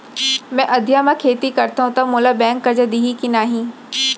मैं अधिया म खेती करथंव त मोला बैंक करजा दिही के नही?